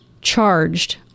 charged